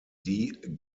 die